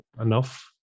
enough